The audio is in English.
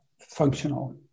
functional